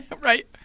Right